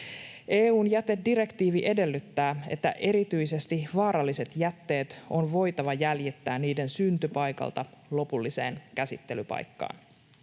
EU:n jätedirektiivi edellyttää, että erityisesti vaaralliset jätteet on voitava jäljittää niiden syntypaikalta lopulliseen käsittelypaikkaan.